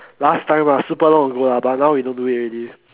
last time lah super long ago lah but now we don't do it already